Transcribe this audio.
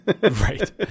Right